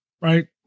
Right